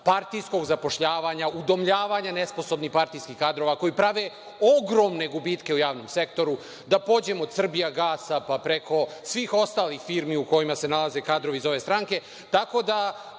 partijskog zapošljavanja, udomljavanja nesposobnih partijskih kadrova, koji prave ogromne gubitke u javnom sektoru, da pođem od „Srbijagasa“, pa preko svih ostalih firmi u kojima se nalaze kadrovi iz ove stranke.